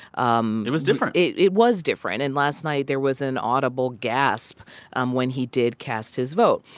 um it was different it it was different. and last night, there was an audible gasp um when he did cast his vote.